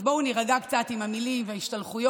אז בואו נירגע קצת עם המילים וההשתלחויות